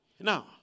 Now